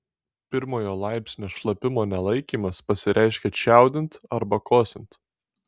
pirmojo laipsnio šlapimo nelaikymas pasireiškia čiaudint arba kosint